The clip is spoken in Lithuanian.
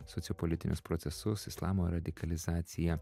sociopolitinius procesus islamo radikalizaciją